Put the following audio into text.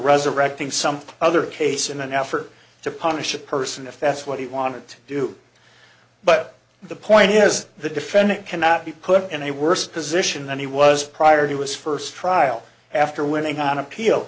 resurrecting some other case in an effort to punish a person if that's what he wanted to do but the point is the defendant cannot be put in a worse position than he was prior to his first trial after winning on appeal